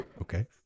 Okay